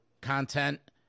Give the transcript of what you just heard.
content